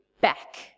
back